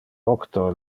octo